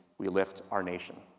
we lift our nation.